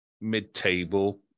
mid-table